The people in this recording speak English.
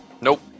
Nope